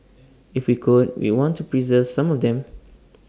if we could we want to preserve some of them